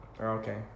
Okay